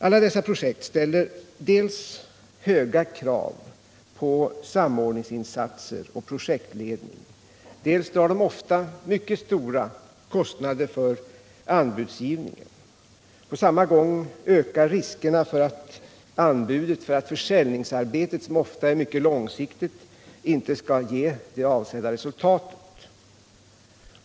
Alla dessa projekt ställer höga krav på samordningsinsatser och projektledning, och de drar också ofta mycket stora kostnader för anbudsgivningen. På samma gång ökar riskerna för att försäljningen — som ofta är mycket långsiktig — inte skall ge det avsedda resultatet.